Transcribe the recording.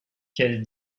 quel